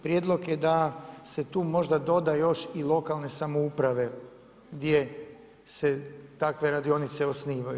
Prijedlog je da se tu možda doda još i lokalne samouprave gdje se takve radionice osnivaju.